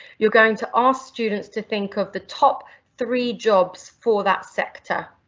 you're going to ask students to think of the top three jobs for that sector,